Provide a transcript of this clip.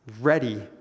ready